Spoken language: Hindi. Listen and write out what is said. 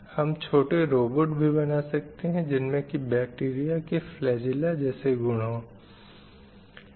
हम छोटे रोबोट भी बना सकते हैं जिनमे की बैक्टीरीया के फ़्लैजेला जैसा गुण हो